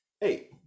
Hey